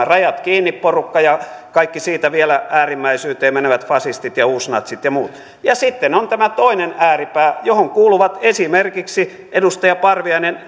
rajat kiinni porukka ja kaikki siitä vielä äärimmäisyyteen menevät fasistit ja uusnatsit ja muut ja sitten on tämä toinen ääripää johon kuuluvat esimerkiksi edustaja parviainen